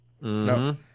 No